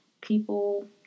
people